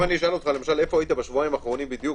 אם אשאל אותך בשבועיים האחרונים איפה היית בדיוק